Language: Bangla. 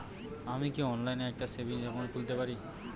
আমি কি অনলাইন একটি সেভিংস একাউন্ট খুলতে পারি?